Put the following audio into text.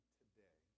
today